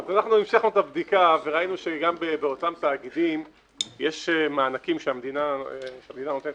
אז המשכנו את הבדיקה וראינו שגם באותם תאגידים יש מענקים שהמדינה נותנת